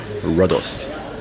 Rados